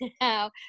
now